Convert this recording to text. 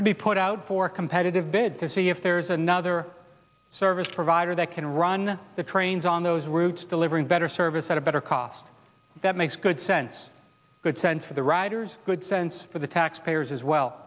to be put out for competitive bid to see if there's another service provider that can run the trains on those routes delivering better service at a better cost that makes good sense good sense for the riders good sense for the taxpayers as well